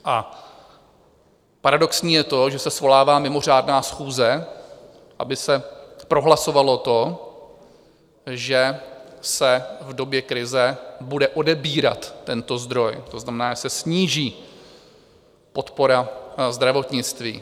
A paradoxní je to, že se svolává mimořádná schůze, aby se prohlasovalo to, že se v době krize bude odebírat tento zdroj, to znamená, že se sníží podpora zdravotnictví.